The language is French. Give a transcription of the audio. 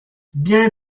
bien